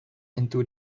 into